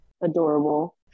Adorable